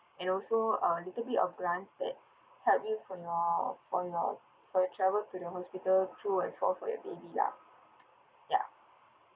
and also uh little bit of glance that help you for your for your for your travel to the hospital to and fro for your baby ya ya